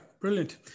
brilliant